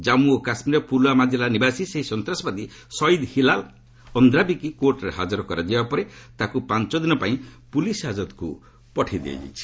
ଜାମ୍ମୁ ଓ କାଶ୍ମୀରର ପୁଲଓ୍ୱାମା କିଲ୍ଲା ନିବାସୀ ସେହି ସନ୍ତାସବାଦୀ ସଇଦ୍ ହିଲାଲ୍ ଅନ୍ଦ୍ରାବିକୁ କୋର୍ଟରେ ହାଜର କରାଯିବା ପରେ ତାକୁ ପାଞ୍ଚ ଦିନ ପାଇଁ ପୁଲିସ୍ ହାଜତକୁ ପଠାଇ ଦିଆଯାଇଛି